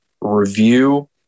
review